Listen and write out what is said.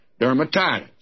dermatitis